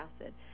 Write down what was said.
acid